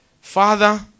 Father